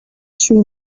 sri